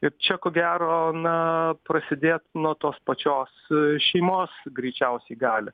ir čia ko gero na prasidėt nuo tos pačios šeimos greičiausiai gali